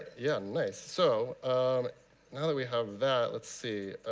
yeah, and nice. so now that we have that, let's see